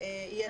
יהיה צורך.